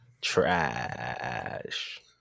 Trash